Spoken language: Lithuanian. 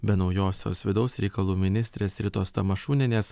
be naujosios vidaus reikalų ministrės ritos tamašunienės